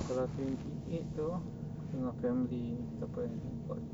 kalau twenty eight tu dengan family apa eh